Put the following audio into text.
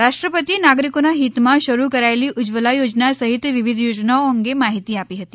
રાષ્ટ્રપતિ એ નાગરીકોનાં હિતમાં શરૂ કરાયેલી ઉજ્જવલા યોજના સહિત વિવિધ યોજનાઓ અંગે માહિતી આપી હતી